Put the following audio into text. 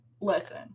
Listen